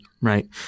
right